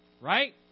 right